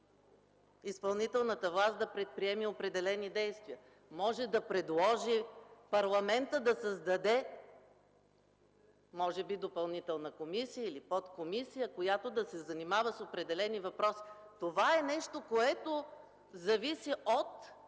изпълнителната власт да предприеме определени действия; може да предложи парламентът да създаде може би допълнителна комисия или подкомисия, която да се занимава с определен въпрос. Това е нещо, което зависи от